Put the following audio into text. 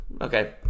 Okay